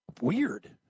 Weird